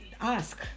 ask